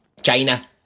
china